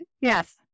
Yes